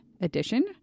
edition